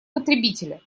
потребителя